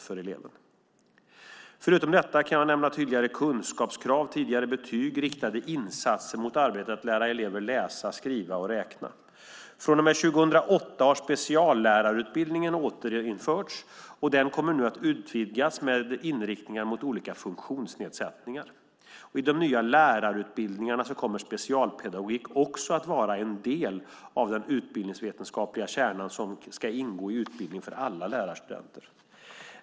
Förutom detta kan jag nämna tydligare kunskapskrav, tidigare betyg och riktade insatser mot arbetet att lära elever läsa, skriva och räkna. Från och med 2008 har speciallärarutbildningen återinförts och den kommer nu att utvidgas med inriktningar mot olika funktionsnedsättningar. I de nya lärarutbildningarna kommer specialpedagogik också att vara en del av den utbildningsvetenskapliga kärnan som ska ingå i utbildningen för alla lärarstudenter.